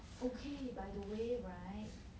okay by the way right